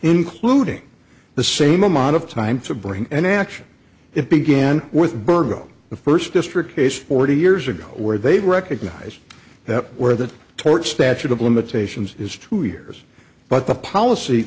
including the same amount of time to bring an action it began with burgo the first district case forty years ago where they recognized that where the tort statute of limitations is two years but the policy